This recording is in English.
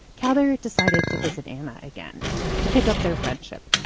cather decided to visit anna again to pick up their friendship.